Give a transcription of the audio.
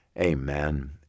amen